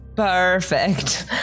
Perfect